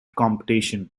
competition